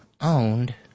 owned